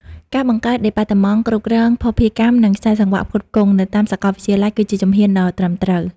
ការបង្កើតដេប៉ាតឺម៉ង់ "គ្រប់គ្រងភស្តុភារកម្ម និងខ្សែសង្វាក់ផ្គត់ផ្គង់" នៅតាមសាកលវិទ្យាល័យ គឺជាជំហានដ៏ត្រឹមត្រូវ។